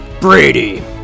Brady